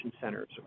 centers